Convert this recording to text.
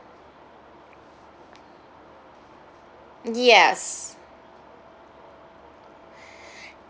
yes